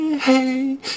Hey